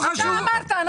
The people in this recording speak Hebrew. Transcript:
אמרת.